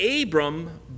abram